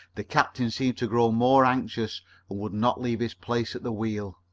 the captain seemed to grow more anxious and would not leave his place at the wheel.